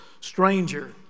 stranger